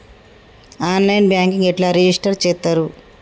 On line banking ఎట్లా register చేత్తరు?